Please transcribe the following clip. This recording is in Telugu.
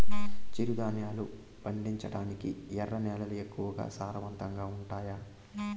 చిరుధాన్యాలు పండించటానికి ఎర్ర నేలలు ఎక్కువగా సారవంతంగా ఉండాయా